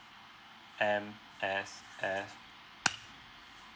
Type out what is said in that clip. M_S_F